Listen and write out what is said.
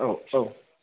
औ औ